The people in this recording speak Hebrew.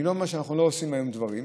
אני לא אומר שאנחנו לא עושים היום דברים.